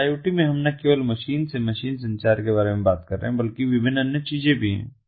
इसलिए IoT में हम न केवल मशीन से मशीन संचार के बारे में बात कर रहे हैं बल्कि विभिन्न अन्य चीजें भी